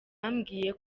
yambwiye